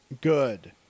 Good